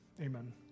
Amen